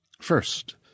First